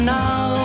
now